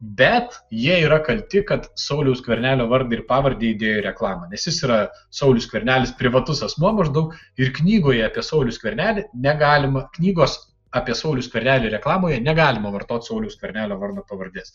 bet jie yra kalti kad sauliaus skvernelio vardą ir pavardę įdėjo į reklamą nes jis yra saulius skvernelis privatus asmuo maždaug ir knygoje apie saulių skvernelį negalima knygos apie saulių skvernelį reklamoje negalima vartot sauliaus skvernelio vardo pavardės